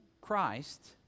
Christ